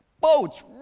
Boats